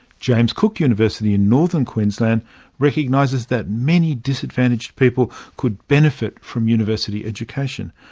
james cook university in northern queensland recognises that many disadvantaged people could benefit from university education.